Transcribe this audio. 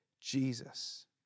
Jesus